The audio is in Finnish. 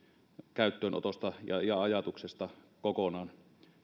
käyttöönotosta ja ja ajatuksesta kokonaan